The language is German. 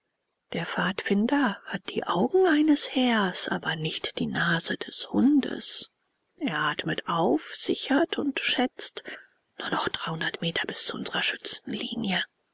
der pfadfinder hat die augen des hähers aber nicht die nase des hundes er atmet auf sichert und schätzt nur noch dreihundert meter bis zu unsrer